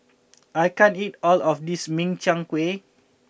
I can't eat all of this Min Chiang Kueh